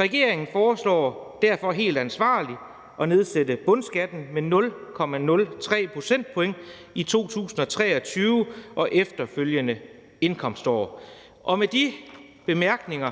Regeringen foreslår derfor, helt ansvarligt, at nedsætte bundskatten med 0,03 procentpoint i 2023 og de efterfølgende indkomstår. Med de bemærkninger